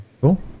cool